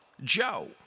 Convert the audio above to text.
Joe